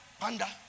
Panda